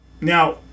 now